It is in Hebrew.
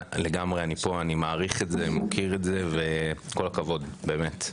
אני מעריך ומוקיר את פועלכן, כל הכבוד, באמת.